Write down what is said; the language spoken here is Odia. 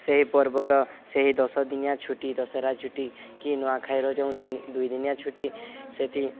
ସେହି ପର୍ବର ସେହି ଦଶ ଦିନିଆ ଛୁଟି ଦଶହରା ଛୁଟି କି ନୂଆଖାଇର ଯେଉଁ ଦିନ୍ ଦୁଇ ଦିନିଆ ଛୁଟି ସେଠି